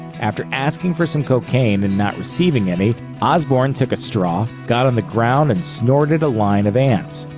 after asking for some cocaine and not receiving any, osbourne took a straw, got on the ground and snorted a line of ants.